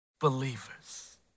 believers